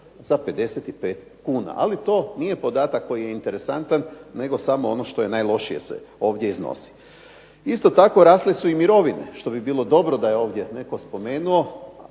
za 55 kuna, ali to nije podatak koji je interesantan, nego samo ono što je najlošije se ovdje iznosi. Isto tako rasle su i mirovine, što bi bilo dobro da je ovdje netko spomenuo,